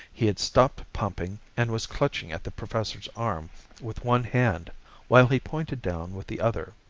he had stopped pumping and was clutching at the professor's arm with one hand while he pointed down with the other.